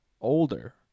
older